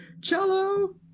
cello